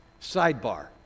sidebar